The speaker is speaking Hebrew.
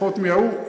פחות מההוא.